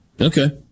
Okay